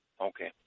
Okay